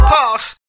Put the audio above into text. Pause